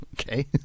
okay